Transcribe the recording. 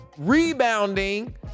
rebounding